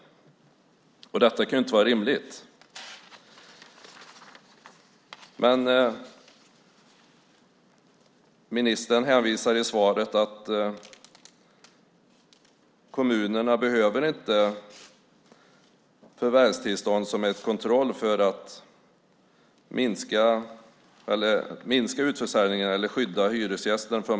Detta kan inte vara rimligt. Ministern hänvisar i svaret till att kommunerna inte behöver förvärvstillstånd som kontroll för att minska utförsäljningen eller skydda hyresgästen.